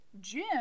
Jim